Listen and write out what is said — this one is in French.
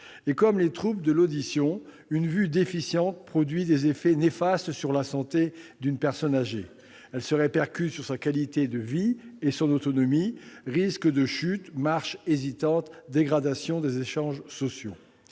Or, comme les troubles de l'audition, une vue déficiente produit des effets néfastes sur la santé d'une personne âgée. Elle se répercute sur sa qualité de vie et sur son autonomie, induisant une marche hésitante, des risques de chute, une